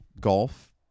golf